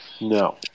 No